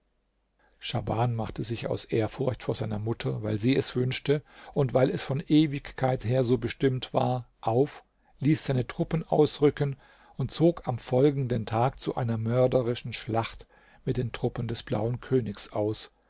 schahban machte sich aus ehrfurcht vor seiner mutter weil sie es wünschte und weil es von ewigkeit her so bestimmt war auf ließ seine truppen ausrücken und zog am folgenden tag zu einer mörderischen schlacht mit den truppen des blauen königs aus